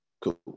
cool